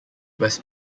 west